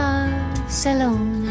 Barcelona